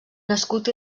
nascut